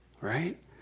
right